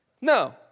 No